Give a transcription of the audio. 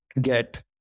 get